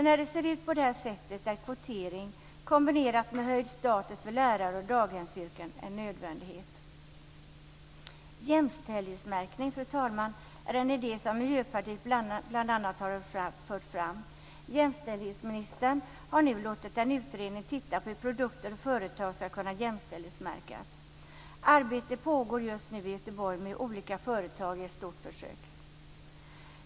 När det ser ut på det här sättet är kvotering, i kombination med höjd status för lärar och daghemsyrken, en nödvändighet. Jämställdhetsmärkning, fru talman, är en idé som Miljöpartiet bl.a. har fört fram. Jämställdhetsministern har nu låtit en utredning titta på hur produkter och företag ska kunna jämställdhetsmärkas. Ett arbete pågår just nu i Göteborg med olika företag i ett stort försök.